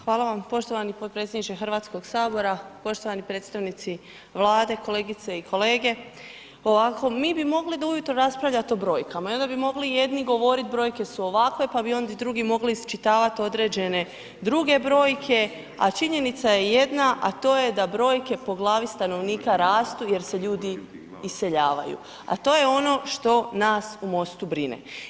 Hvala vam poštovani potpredsjedniče Hrvatskog sabora poštovani predstavnici Vlade, kolegice i kolege, ovako mi bi mogli do ujutro raspravljati o brojkama i onda bi mogli jedni govorit brojke su ovakve, pa bi onda drugi mogli iščitavat određene druge brojke, a činjenica je jedna, a to je da brojke po glavi stanovnika rastu jer se ljudi iseljavaju, a to je ono što nas u MOST-u brine.